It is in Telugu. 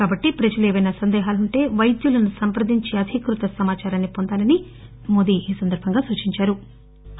కాబట్టి ప్రజలు ఏవైనా సందేహాలుంటే వైద్యులను సంప్రదించి అధీకృత సమాచారాన్ని పొందాలని మోదీ సూచించారు